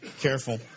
careful